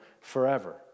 forever